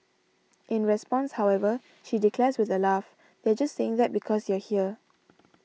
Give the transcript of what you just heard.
in response however she declares with a laugh they're just saying that because you're here